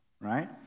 right